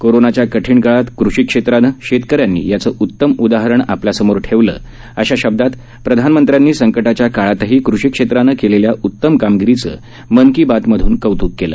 कोरोनाच्या कठीण काळात कृषिक्षेत्रानं शेतकऱ्यांनी याचं उत्तम उदाहरण आपल्यासमोर ठेवलं अशा शब्दात प्रधानमंत्र्यांनी संकटाच्या काळातही कृषी क्षेत्रानं केलेल्या उत्तम कामगिरीचं मन की बात मधून कौतृक केलं